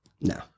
No